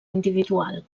individual